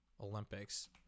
Olympics